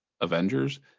Avengers